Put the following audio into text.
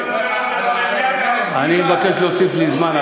הוא מדבר, אני מבקש להוסיף לי זמן,